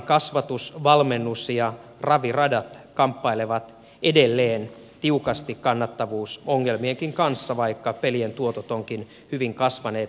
ravikasvatus valmennus ja raviradat kamppailevat edelleen tiukasti kannattavuusongelmienkin kanssa vaikka pelien tuotot ovatkin hyvin kasvaneet